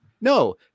No